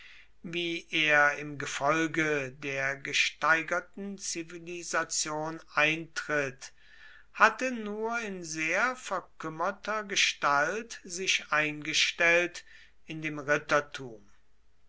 wie er im gefolge der gesteigerten zivilisation eintritt hatte nur in sehr verkümmerter gestalt sich eingestellt in dem rittertum